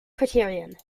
criterion